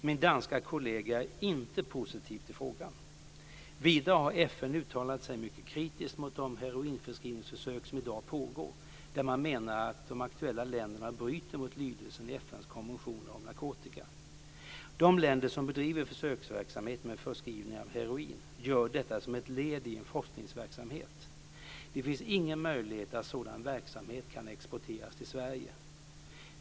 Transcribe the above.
Min danske kollega är inte positiv till frågan. Vidare har FN uttalat sig mycket kritiskt mot de heroinförskrivningsförsök som i dag pågår, där man menar att de aktuella länderna bryter mot lydelsen i FN:s konventioner om narkotika. De länder som bedriver försöksverksamhet med förskrivning av heroin gör detta som ett led i en forskningsverksamhet. Det finns ingen möjlighet att sådan verksamhet kan "exporteras" till Sverige.